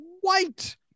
white